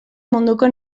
munduko